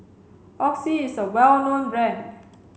oxy is a well known brand